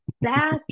back